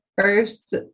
first